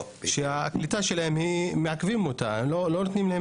שמעכבים את הקליטה שלהם ולא נותנים להם